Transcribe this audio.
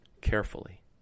carefully